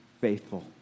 faithful